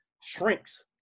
shrinks